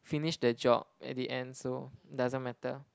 finish the job at the end so doesn't matter